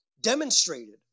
demonstrated